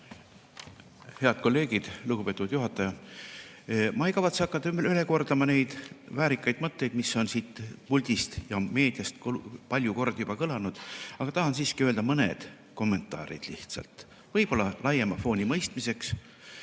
Head kolleegid! Lugupeetud juhataja! Ma ei kavatse hakata üle kordama neid väärikaid mõtteid, mis on siit puldist ja meediast palju kordi juba kõlanud, aga tahan siiski öelda mõne kommentaari lihtsalt võib-olla laiema fooni mõistmiseks. Kõigepealt